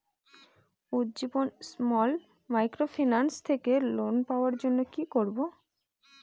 Ujjivan small microfinance থেকে loan পাওয়ার জন্য কি করব?